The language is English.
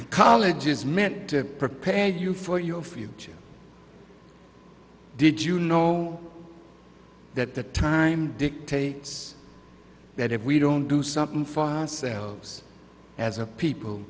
of college is meant to prepare you for your future did you know that the time dictates that if we don't do something for us as a people